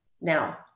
Now